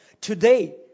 today